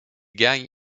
gagne